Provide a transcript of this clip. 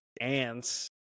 ants